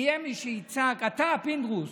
יהיה מי שיצעק: אתה, פינדרוס,